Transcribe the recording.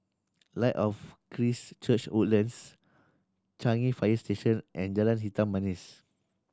Light of Christ Church Woodlands Changi Fire Station and Jalan Hitam Manis